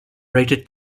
rated